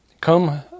come